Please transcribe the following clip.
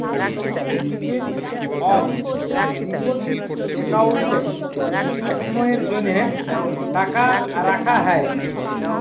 certificate of deposit একাউল্টে কিছু সময়ের জ্যনহে টাকা রাখা হ্যয়